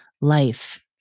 life